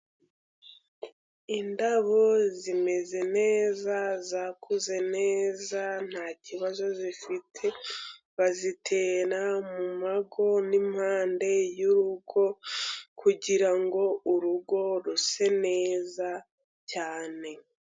Indabo zimeze neza, zakuze neza, ntaki kibazo zifite. Bazitera mu ngo n'impande y'urugo kugirango urugo ruse neza cyane.